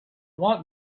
want